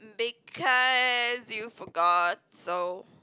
because you forgot so